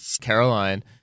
Caroline